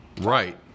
Right